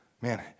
man